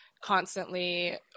constantly